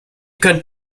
könnt